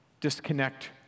disconnect